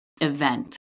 event